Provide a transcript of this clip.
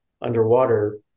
underwater